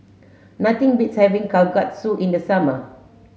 nothing beats having kalguksu in the summer